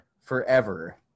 forever